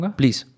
please